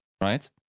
right